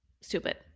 stupid